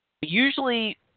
Usually